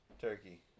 turkey